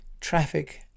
traffic